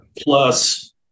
plus